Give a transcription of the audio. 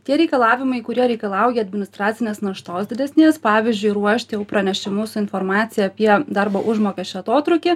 tie reikalavimai kurie reikalauja administracinės naštos didesnės pavyzdžiui ruošti jau pranešimus informaciją apie darbo užmokesčio atotrūkį